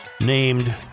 named